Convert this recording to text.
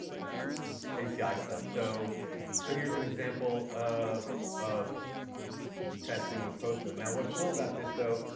api stuff. so so here's an example of of testing with postman. now what's cool about this, though,